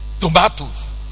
tomatoes